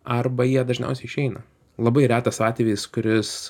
arba jie dažniausiai išeina labai retas atvejis kuris